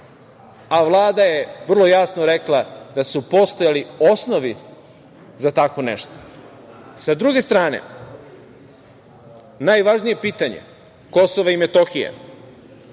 a Vlada je vrlo jasno rekla da su postojali osnovi za tako nešto. Sa druge strane, najvažnije pitanje Kosovo i Metohija,